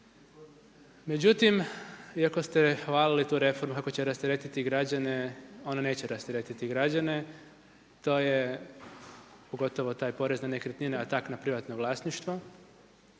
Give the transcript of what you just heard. Međutim, iako ste hvalili tu reformu kako će rasteretit građane, on neće rasteretiti građane, to je pogotovo taj porez na nekretnine tak na privatno vlasništvo.